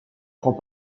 prend